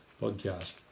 podcast